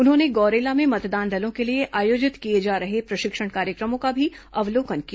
उन्होंने गौरेला में मतदान दलों के लिए आयोजित किए जा रहे प्रशिक्षण कार्यक्रमों का भी अवलोकन किया